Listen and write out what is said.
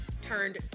turned